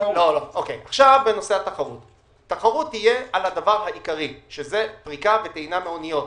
תחרות תהיה על הדבר העיקרי שזה פריקה וטעינה מאוניות.